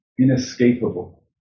inescapable